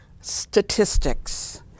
statistics